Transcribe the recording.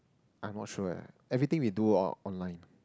I'm not sure eh everything we do are online